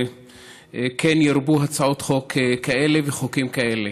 כן ירבו הצעות חוק כאלה וחוקים כאלה.